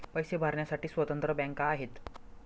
पैसे भरण्यासाठी स्वतंत्र बँका आहेत